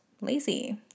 lazy